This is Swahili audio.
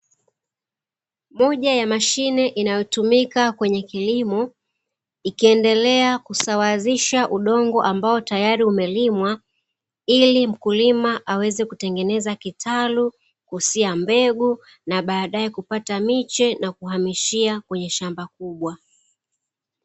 Moja ya mashine inayotumika kwenye kilimo ikiendelea kusawazisha udongo ambao teyari umelimwa ili mkulima aweze kutengeneza kitalu cha kuotesha mbegu ili kupata miche ya kuhamishia kwenye shamba kubwa.